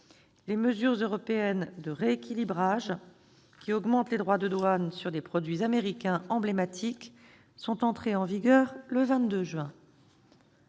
Les mesures européennes de rééquilibrage qui augmentent les droits de douane sur des produits américains emblématiques sont entrées en vigueur le 22 juin.